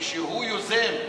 כשהוא יוזם,